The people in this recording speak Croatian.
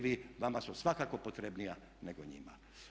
Vama su svakako potrebnija nego njima.